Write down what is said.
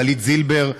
לדלית זילבר,